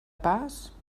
pas